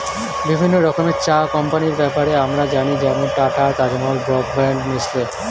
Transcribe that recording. বিভিন্ন রকমের চা কোম্পানির ব্যাপারে আমরা জানি যেমন Tata, Taj Mahal, Brooke Bond, Nestle